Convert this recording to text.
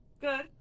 Good